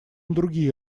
другие